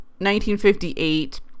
1958